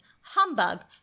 humbug